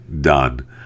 done